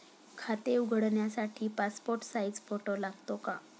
खाते उघडण्यासाठी passport size photo लागतो का?